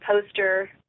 poster